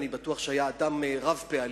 אני בטוח שהוא היה אדם רב-פעלים,